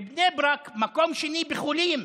בבני ברק, מקום שני בחולים,